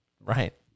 Right